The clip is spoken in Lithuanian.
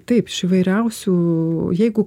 taip iš įvairiausių jeigu